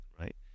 right